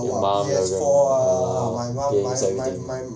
your mum orh games everything